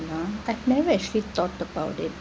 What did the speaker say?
you know I've never actually thought about it